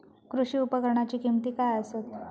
कृषी उपकरणाची किमती काय आसत?